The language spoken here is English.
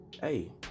hey